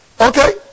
Okay